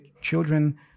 children